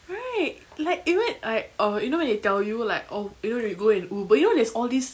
right like even like uh you know they tell you like oh you know you go in uber you know there's all these